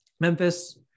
Memphis